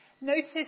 Notice